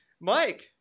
Mike